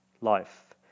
life